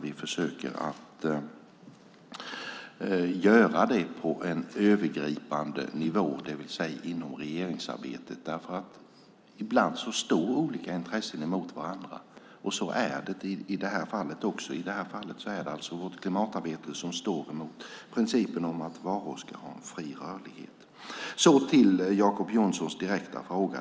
Vi försöker att göra det på en övergripande nivå, det vill säga inom regeringsarbetet, för ibland står olika intressen mot varandra. Så är det i det här fallet också. I det här fallet är det vårt klimatarbete som står mot principen om att varor ska ha fri rörlighet. Så till Jacob Johnsons direkta fråga.